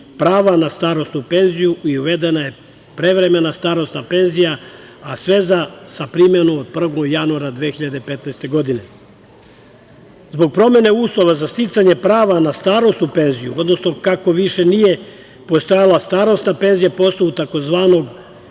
prava na starosnu penziju i uvedena je prevremena starosna penzija, a sve sa primenom od 1. januara 2015. godine. Zbog promene uslova za sticanje prava na starosnu penziju, odnosno kako više nije postojala starosna penzija po osnovu tzv. punog